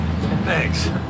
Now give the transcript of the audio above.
Thanks